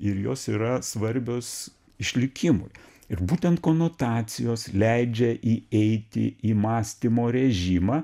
ir jos yra svarbios išlikimui ir būtent konotacijos leidžia įeiti į mąstymo režimą